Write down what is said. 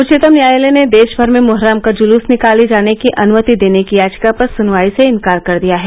उच्चतम न्यायालय ने देशभर में मुहर्रम का जुलूस निकाले जाने की अनुमति देने की याचिका पर सुनवाई से इनकार कर दिया है